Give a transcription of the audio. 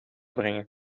brengen